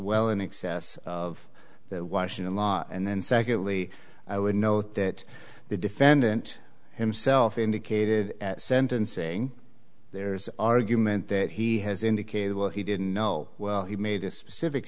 well in excess of that washington law and then secondly i would note that the defendant himself indicated at sentencing there's argument that he has indicated well he didn't know well he made a specific